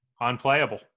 Unplayable